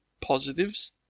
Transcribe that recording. positives